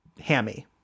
hammy